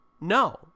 no